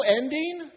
ending